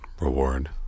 reward